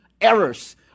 errors